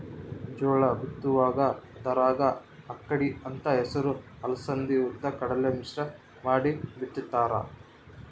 ಜೋಳ ಬಿತ್ತುವಾಗ ಅದರಾಗ ಅಕ್ಕಡಿ ಅಂತ ಹೆಸರು ಅಲಸಂದಿ ಉದ್ದು ಕಡಲೆ ಮಿಶ್ರ ಮಾಡಿ ಬಿತ್ತುತ್ತಾರ